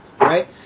right